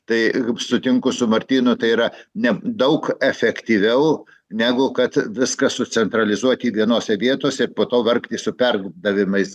tai sutinku su martynu tai yra nedaug efektyviau negu kad viską sucentralizuoti vienose vietose ir po to vargti su perdavimais